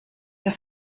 der